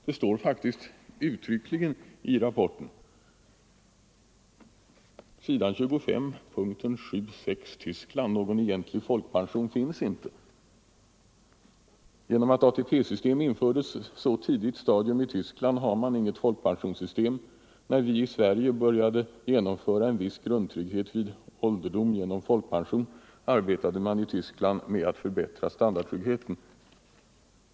Det står faktiskt uttryckligen i rapporten på s. 25 under punkten 7.6 Tyskland: ”Någon egentlig folkpension finns inte.” Genom att ATP-systemet infördes på så tidigt stadium i Tyskland har man inget folkpensionssystem. När vi i Sverige började genomföra en viss grundtrygghet vid ålderdom genom folkpension arbetade man i Tyskland med att förbättra standardtryggheten.